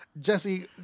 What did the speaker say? Jesse